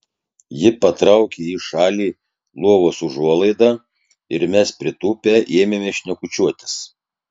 ji patraukė į šalį lovos užuolaidą ir mes pritūpę ėmėme šnekučiuotis